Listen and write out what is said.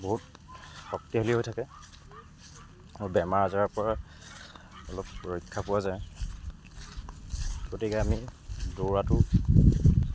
বহুত শক্তিশালী হৈ থাকে আৰু বেমাৰ আজাৰৰ পৰা অলপ ৰক্ষা পোৱা যায় গতিকে আমি দৌৰাটো